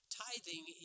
tithing